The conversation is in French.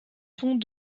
font